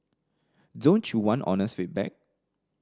don't you want honest feedback